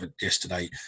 yesterday